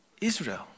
Israel